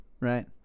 right